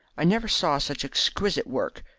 i never saw such exquisite work.